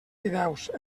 fideus